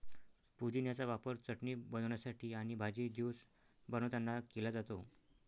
पुदिन्याचा वापर चटणी बनवण्यासाठी आणि भाजी, ज्यूस बनवतांना केला जातो